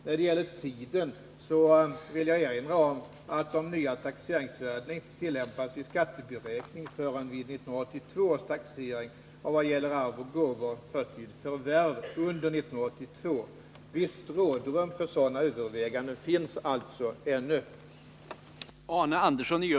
När det gäller tiden, så vill jag erinra om att de nya taxeringsvärdena inte skall tillämpas vid skatteberäkning förrän vid 1982 års taxering och vad gäller arv och gåvor först vid förvärv under år 1982. Visst rådrum för sådana överväganden finns alltså ännu.